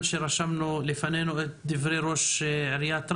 רשמנו לפנינו את דברי ראש עיריית רהט,